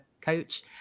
coach